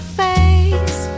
face